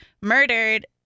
murdered